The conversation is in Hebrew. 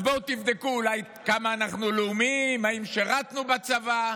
אז בואו תבדקו כמה אנחנו לאומיים, אם שירתנו בצבא,